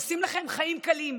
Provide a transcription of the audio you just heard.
עושים לכם חיים קלים.